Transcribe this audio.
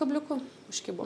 kabliuku užkibo